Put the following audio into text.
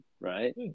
right